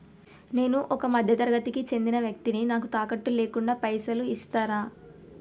నేను ఒక మధ్య తరగతి కి చెందిన వ్యక్తిని నాకు తాకట్టు లేకుండా పైసలు ఇస్తరా?